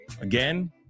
again